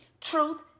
truth